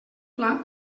plat